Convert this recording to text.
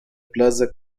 plaza